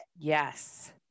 Yes